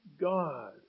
God